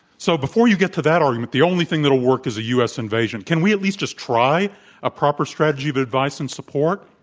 so before you get to that argument the only thing that will work is a u. s. invasion. can we at least just try a proper strategy of advice and support?